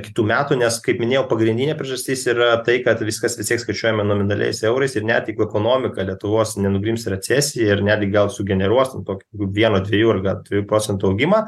kitų metų nes kaip minėjau pagrindinė priežastis yra tai kad viskas vis tiek skaičiuojama nominaliais eurais ir net jeigu ekonomika lietuvos nenugrims į recesija ir netgi gal sugeneruos ten kokį vieną dviejų ar gal dviejų procentų augimą